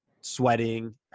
sweating